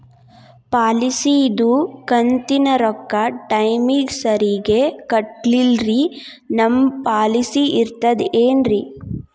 ಪಾಲಿಸಿದು ಕಂತಿನ ರೊಕ್ಕ ಟೈಮಿಗ್ ಸರಿಗೆ ಕಟ್ಟಿಲ್ರಿ ನಮ್ ಪಾಲಿಸಿ ಇರ್ತದ ಏನ್ರಿ?